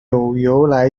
由来